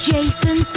Jason